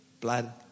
blood